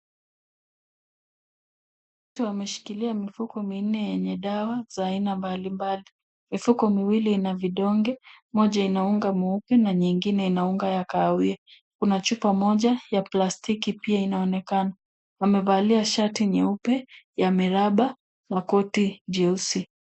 Watu wameshikilia mifuko minne yenye dawa za aina mbalimbali. Mifuko miwili ina vidonge. Moja ina unga mweupe na nyingine ina nyumba ya kahawia. Kuna chupa moja ya plastiki pia inaonekana. Wamevalia shati nyeupe ya miraba na koti jeusi.